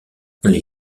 les